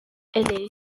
est